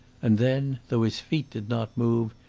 and then, though his feet did not move,